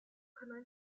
可能